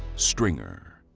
stringr